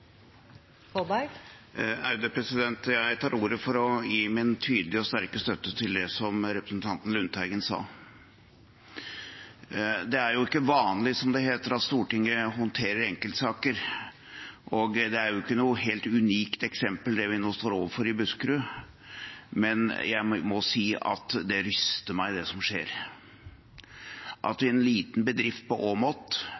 Jeg tar ordet for å gi min tydelige og sterke støtte til det som representanten Lundteigen sa. Det er jo ikke vanlig, som det heter, at Stortinget håndterer enkeltsaker, og det er jo ikke noe helt unikt eksempel, det vi nå står overfor i Buskerud, men jeg må si at det ryster meg, det som skjer.